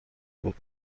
بود